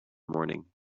morning